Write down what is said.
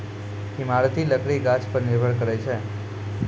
इमारती लकड़ी गाछ पर निर्भर करै छै